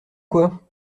quoi